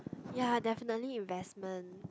ya definitely investment